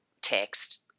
text